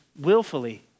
Willfully